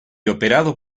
operado